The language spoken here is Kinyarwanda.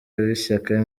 w’ishyaka